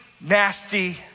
nasty